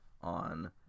on